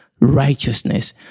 righteousness